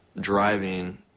driving